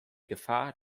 gefahr